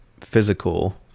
physical